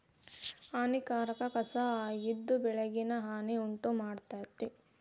ಹಾನಿಕಾರಕ ಕಸಾ ಆಗಿದ್ದು ಬೆಳೆಗಳಿಗೆ ಹಾನಿ ಉಂಟಮಾಡ್ತತಿ